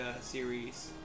series